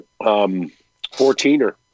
fourteener